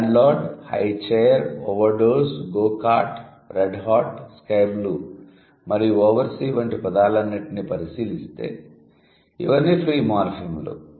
land lord high chair over dose go kart red hot sky blue landlord highchair overdose go kart red hot sky blue మరియు over sea లాంటి పదాలన్నింటినీ పరిశీలిస్తే ఇవన్నీ free మార్ఫిమ్లు